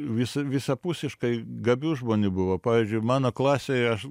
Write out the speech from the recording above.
visa visapusiškai gabių žmonių buvo pavyzdžiui mano klasėj aš